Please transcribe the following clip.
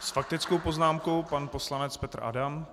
S faktickou poznámkou pan poslanec Petr Adam.